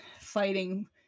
fighting